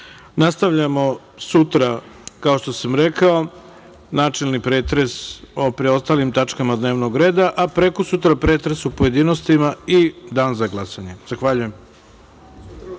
reda. Nastavljamo sutra, kao što sam rekao, načelni pretres o preostalim tačkama dnevnog reda, a prekosutra pretres u pojedinostima i dan za glasanje. Hvala.(Sednica